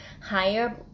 higher